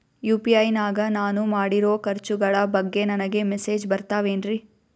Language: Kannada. ಯು.ಪಿ.ಐ ನಾಗ ನಾನು ಮಾಡಿರೋ ಖರ್ಚುಗಳ ಬಗ್ಗೆ ನನಗೆ ಮೆಸೇಜ್ ಬರುತ್ತಾವೇನ್ರಿ?